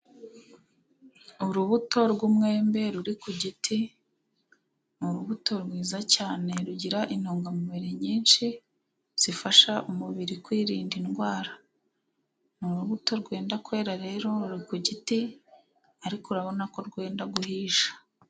Urubuto rw'umwembe ruri ku giti ni urubuto rwiza cyane rugira intungamubiri nyinshi zifasha umubiri kwirinda indwara, ni urubuto rwenda kwera rero ruri ku giti ariko urabonako rwenda guhisha.